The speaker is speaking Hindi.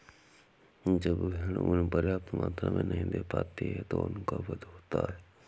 जब भेड़ ऊँन पर्याप्त मात्रा में नहीं दे पाती तो उनका वध होता है